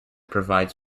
provides